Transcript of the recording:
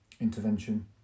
intervention